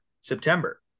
September